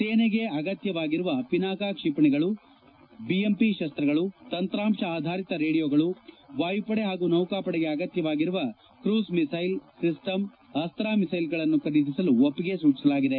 ಸೇನೆಗೆ ಅಗತ್ಲವಾಗಿರುವ ಪಿನಾಕ ಕ್ಷಿಪಣಿಗಳು ಬಿಎಂಪಿ ಶಸ್ತಗಳು ತಂತ್ರಾಂಶ ಆಧಾರಿತ ರೇಡಿಯೋಗಳು ವಾಯುಪಡೆ ಹಾಗೂ ನೌಕಾಪಡೆಗೆ ಅಗತ್ಜವಾಗಿರುವ ಕ್ರೂಸ್ ಮಿಸ್ಟೆಲ್ ಸಿಸ್ಟಮ್ ಅಸ್ತ ಮಿಸ್ಟೆಲ್ಗಳನ್ನು ಖರೀದಿಸಲು ಒಪ್ಪಿಗೆ ಸೂಚಿಸಲಾಗಿದೆ